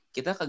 Kita